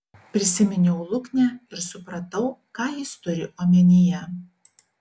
prisiminiau luknę ir supratau ką jis turi omenyje